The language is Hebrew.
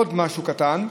עוד משהו קטן: